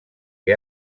que